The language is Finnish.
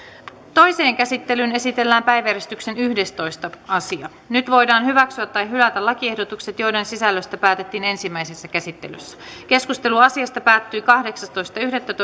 toiseen käsittelyyn esitellään päiväjärjestyksen yhdestoista asia nyt voidaan hyväksyä tai hylätä lakiehdotukset joiden sisällöstä päätettiin ensimmäisessä käsittelyssä keskustelu asiasta päättyi kahdeksastoista yhdettätoista kaksituhattaviisitoista